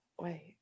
wait